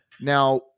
Now